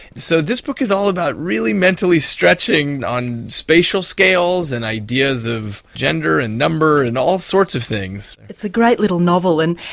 so this book is all about really mentally stretching on spatial scales and ideas of gender and number and all sorts of things. it's a great little novel and,